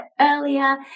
earlier